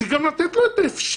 זה גם לתת לו את האפשרות